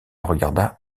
regarda